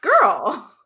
girl